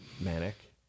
manic